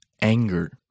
anger